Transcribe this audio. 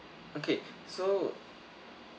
okay so